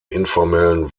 informellen